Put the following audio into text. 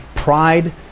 Pride